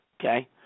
Okay